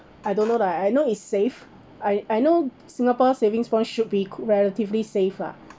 I don't know lah I know it's safe I I know singapore savings bond should be relatively safe lah